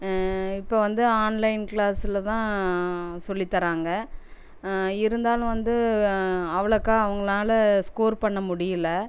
இப்போ வந்து ஆன்லைன் கிளாஸில் தான் சொல்லித் தராங்க இருந்தாலும் வந்து அவ்வளோக்கா அவங்களால ஸ்கோர் பண்ண முடியல